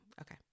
Okay